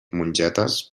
mongetes